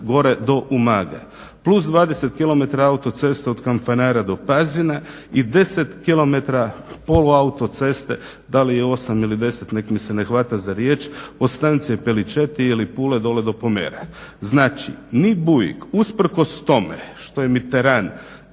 gore do Umaga plus 20 km autoceste od Kanfanara do Pazina i 10 km polu autoceste da li 8 ili 10 nek' mi se ne hvata za riječ od Stancije Peličeti ili Pule dole do Pomere. Znači, ni Buik usprkos tome što je Mitterand